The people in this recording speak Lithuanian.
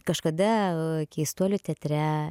kažkada keistuolių teatre